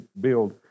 build